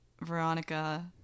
Veronica